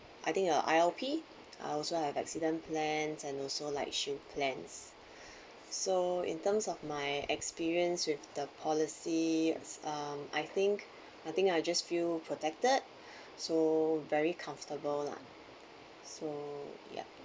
I think a I_L_P I also have accident plans and also like shield plans so in terms of my experience with the policy(um) I think I think I just feel protected so very comfortable lah so yup